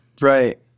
right